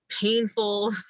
painful